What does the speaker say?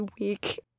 week